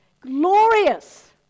Glorious